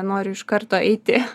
noriu iš karto eiti